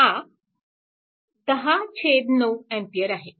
हा 10 9 A आहे